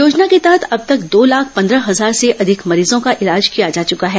योजना के तहत अब तक दो लाख पन्द्रह हजार से अधिक मरीजों का इलाज किया जा चुका है